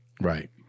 Right